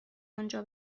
آنجا